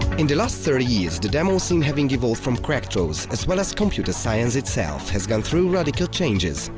in the last thirty years, the demoscene, having evolved from cracktros, as well as computer science itself, has gone through radical changes.